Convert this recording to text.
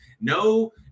No